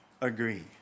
agree